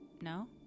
no